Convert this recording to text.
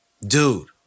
Dude